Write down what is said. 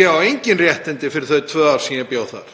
Ég á engin réttindi fyrir þau tvö ár sem ég bjó þar.